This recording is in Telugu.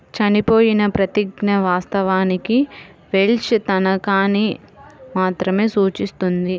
చనిపోయిన ప్రతిజ్ఞ, వాస్తవానికి వెల్ష్ తనఖాని మాత్రమే సూచిస్తుంది